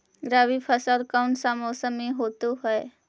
रवि फसल कौन सा मौसम में होते हैं?